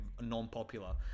non-popular